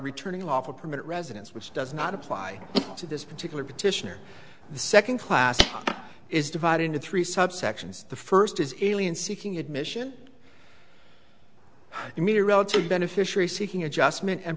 returning lawful permanent residence which does not apply to this particular petition or the second class is divided into three subsections the first is alien seeking admission to meet a relative beneficiary seeking adjustment and